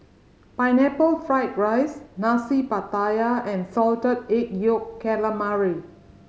Pineapple Fried rice Nasi Pattaya and Salted Egg Yolk Calamari